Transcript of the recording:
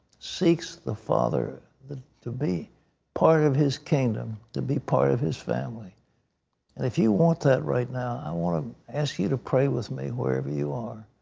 seeks the father to be part of his kingdom, to be part of his family. and if you want that right now, i want to ask you to pray with me wherever you are.